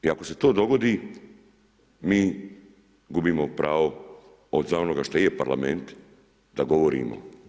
I ako se to dogodi mi gubimo pravo od onoga što je Parlament da govorimo.